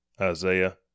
Isaiah